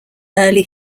early